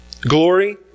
Glory